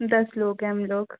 दस लोग हैं हम लोग